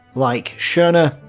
like schorner,